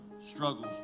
struggles